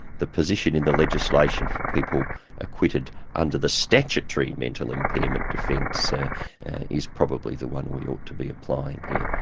the position in the legislation for people acquitted under the statutory mental impairment defence ah is probably the one we ought to be applying here.